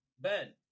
Ben